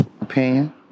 opinion